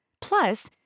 plus